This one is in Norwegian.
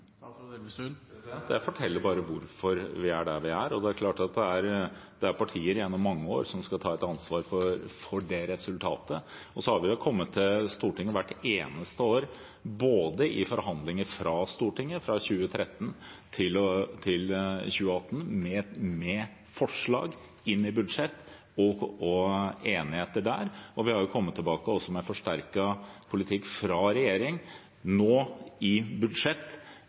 er der vi er. Det er klart det er partier gjennom mange år som skal ta et ansvar for det resultatet. Hvert eneste år har vi kommet til Stortinget – både i forhandlinger i Stortinget fra 2013 til 2018, med budsjettforslag og enigheter der, og nå med forsterket politikk fra regjeringen i budsjettet, i enighet med EU, om hvordan vi skal forsterke innsatsen fram mot 2030, og også forsterke det internasjonale ansvaret som Norge tar, hvor vi også ligger i